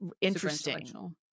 interesting